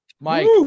Mike